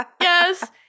yes